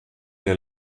der